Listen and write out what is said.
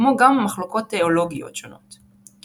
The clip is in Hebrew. כמו גם מחלוקות תאולוגיות שונות.